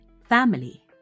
Family